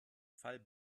fall